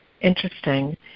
interesting